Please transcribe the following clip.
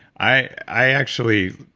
i actually,